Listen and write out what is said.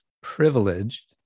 privileged